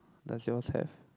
does yours have